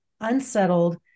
unsettled